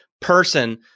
person